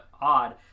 odd